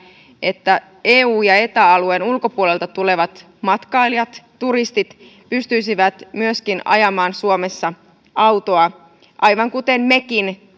että eu ja eta alueen ulkopuolelta tulevat matkailijat turistit pystyisivät myöskin ajamaan suomessa autoa aivan kuten mekin